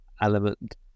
element